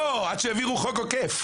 לא, עד שהעבירו חוק עוקף.